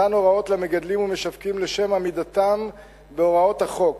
מתן הוראות למגדלים ומשווקים לשם עמידתם בהוראות החוק,